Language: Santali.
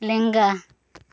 ᱞᱮᱝᱜᱟ